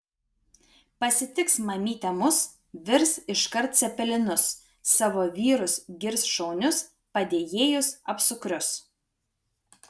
pasitiks mamytė mus virs iškart cepelinus savo vyrus girs šaunius padėjėjus apsukrius